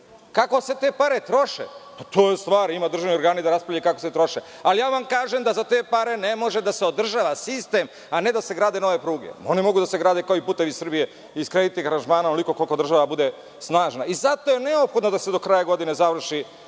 se te pare troše? O tome neka raspravljaju državni organi. Ali, ja vam kažem da za te pare ne može da se održava sistem, a ne da se grade nove pruge. One mogu da se grade kao i putevi Srbije, iz kreditnih aranžmana, onoliko koliko država bude snažna. Zato je neophodno da se do kraja godine završi